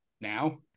now